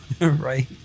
right